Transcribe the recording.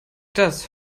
das